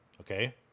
Okay